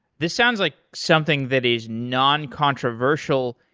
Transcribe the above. this sounds like something that is non-controversial.